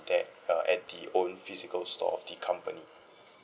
there err at the own physical store of the company